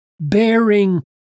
bearing